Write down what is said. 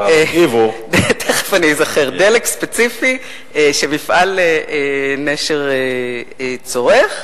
דלק ספציפי שמפעל "נשר" צורך.